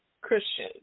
Christian